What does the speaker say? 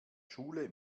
schule